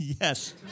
Yes